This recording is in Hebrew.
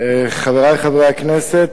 חברי חברי הכנסת,